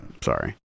Sorry